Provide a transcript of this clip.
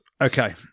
Okay